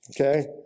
okay